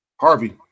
Harvey